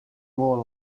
more